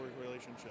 relationship